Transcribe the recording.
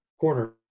Corner